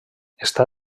està